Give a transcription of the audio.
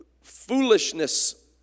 foolishness